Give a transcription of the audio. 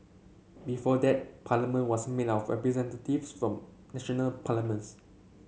before that Parliament was made up of representatives from national parliaments